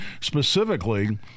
specifically